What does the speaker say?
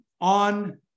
on